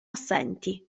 assenti